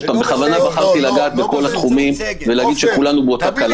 בחרתי לגעת בכוונה בכל התחומים ולהגיד שכולנו באותה קלחת.